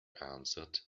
answered